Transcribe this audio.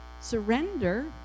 surrender